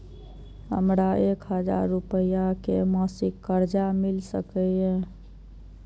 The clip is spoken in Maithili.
हमरा एक हजार रुपया के मासिक कर्जा मिल सकैये?